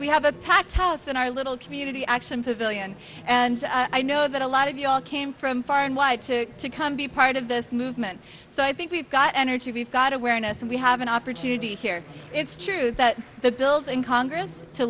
we have a packed house in our little community action five billion and i know that a lot of you all came from far and wide to to come be part of this movement so i think we've got energy we've got awareness and we have an opportunity here it's true that the bills in congress to